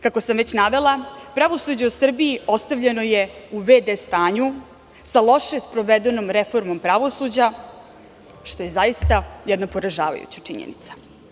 Kako sam već navela, pravosuđe u Srbiji ostavljeno je u v.d. stanju sa loše sprovedenom reformom pravosuđa, što je zaista jedna poražavajuća činjenica.